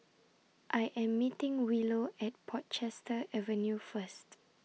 I Am meeting Willow At Portchester Avenue First